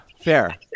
fair